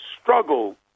struggle